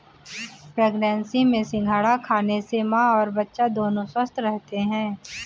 pregnancy में सिंघाड़ा खाने से मां और बच्चा दोनों स्वस्थ रहते है